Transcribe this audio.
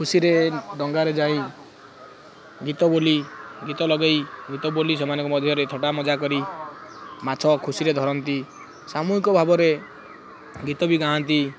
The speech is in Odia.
ଖୁସିରେ ଡଙ୍ଗାରେ ଯାଇ ଗୀତ ବୋଲି ଗୀତ ଲଗେଇ ଗୀତ ବୋଲି ସେମାନଙ୍କ ମଧ୍ୟରେ ଥଟା ମଜା କରି ମାଛ ଖୁସିରେ ଧରନ୍ତି ସାମୂହିକ ଭାବରେ ଗୀତ ବି ଗାଆନ୍ତି